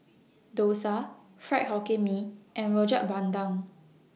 Dosa Fried Hokkien Mee and Rojak Bandung